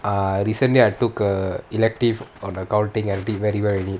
err I recently I took a elective on accounting and did very well in it